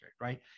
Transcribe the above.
right